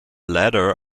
ladder